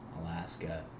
Alaska